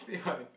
say what